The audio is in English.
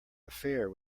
affair